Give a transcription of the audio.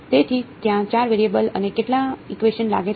તેથી ત્યાં 4 વેરિયેબલ અને કેટલા ઇકવેશન લાગે છે